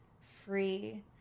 free